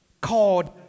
called